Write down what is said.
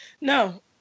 No